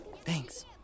Thanks